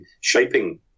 shaping